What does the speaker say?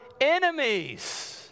enemies